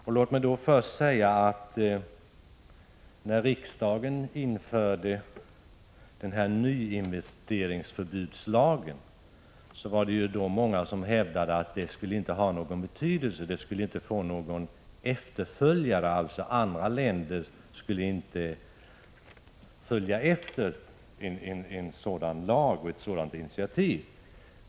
När riksdagen införde den lag som innebar förbud mot nyinvesteringar i Sydafrika, var det många som hävdade att den inte skulle ha någon betydelse, den skulle inte få några efterföljare, dvs. andra länder skulle inte följa efter och införa en sådan lag och ta ett sådant initiativ.